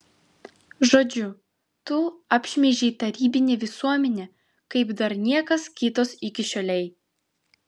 žodžiu tu apšmeižei tarybinę visuomenę kaip dar niekas kitas iki šiolei